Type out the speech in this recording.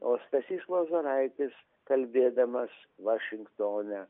o stasys lozoraitis kalbėdamas vašingtone